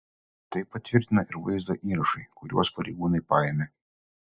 tai patvirtino ir vaizdo įrašai kuriuos pareigūnai paėmė